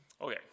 Okay